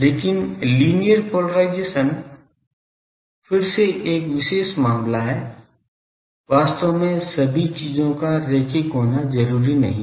लेकिन linear polarization फिर से एक विशेष मामला है वास्तव में सभी चीजों का रैखिक होना जरुरी नहीं है